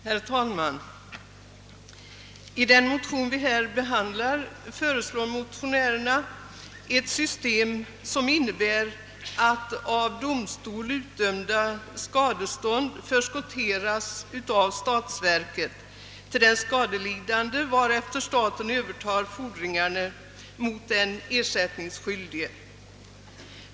Herr talman! I den motion vi här behandlar föreslår motionärerna ett system som innebär att av domstol utdömda skadestånd förskotteras av statsverket till den skadelidande, varefter staten övertar fordringarna mot den ersättningskyldige.